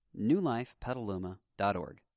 newlifepetaluma.org